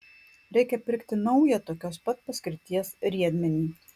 reikia pirkti naują tokios pat paskirties riedmenį